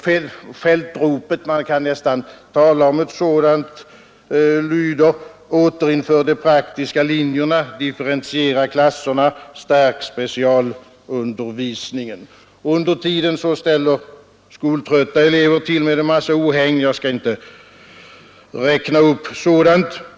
Fältropet — man kan nästan tala om ett sådant — lyder: Återinför de praktiska linjerna, differentiera klasserna, stärk specialundervisningen! Under tiden ställer skoltrötta elever till med en massa ohägn — jag skall inte redogöra för det.